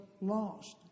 lost